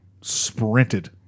sprinted